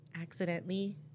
accidentally